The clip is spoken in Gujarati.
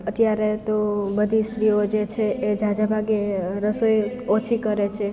અત્યારે તો બધી સ્ત્રીઓ જે છે એ ઝાઝા ભાગે રસોઈ ઓછી કરે છે